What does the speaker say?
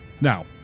Now